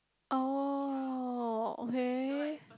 oh okay